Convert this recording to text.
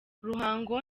ruhango